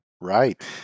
Right